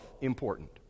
important